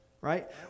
right